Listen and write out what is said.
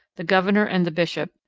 the governor and the bishop,